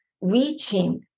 reaching